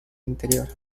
interior